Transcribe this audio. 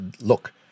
look